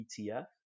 ETF